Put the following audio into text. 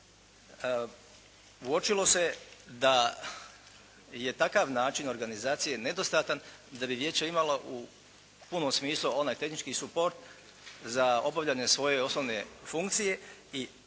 uočilo se da je takav način organizacije nedostatan da bi vijeće imalo u punom smislu onaj tehnički suport za obavljanje svoje osnovne funkcije. I to je